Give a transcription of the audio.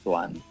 one